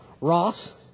Ross